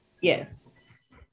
Yes